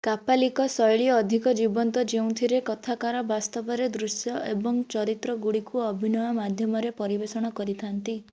କାପାଲିକ ଶୈଳୀ ଅଧିକ ଜୀବନ୍ତ ଯେଉଁଥିରେ କଥାକାର ବାସ୍ତବରେ ଦୃଶ୍ୟ ଏବଂ ଚରିତ୍ରଗୁଡ଼ିକୁ ଅଭିନୟ ମାଧ୍ୟମରେ ପରିବେଷଣ କରିଥାନ୍ତି